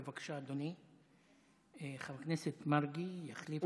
בבקשה, אדוני חבר הכנסת מרגי יחליף אותי.